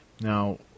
Now